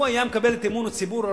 הוא היה מקבל את אמון הציבור,